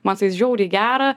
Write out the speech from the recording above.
man su jais žiauriai gera